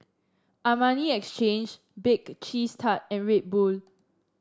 Armani Exchange Bake Cheese Tart and Red Bull